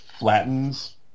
Flattens